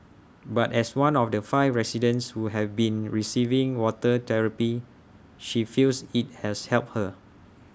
but as one of the five residents who have been receiving water therapy she feels IT has helped her